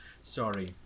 Sorry